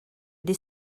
des